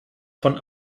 von